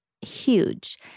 huge